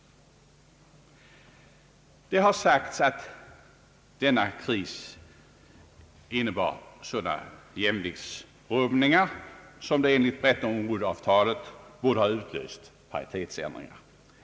Det har sagts att denna kris innebar sådana jämviktsrubbningar som enligt Bretton Wood-avtalet borde ha utlöst paritetsändringar.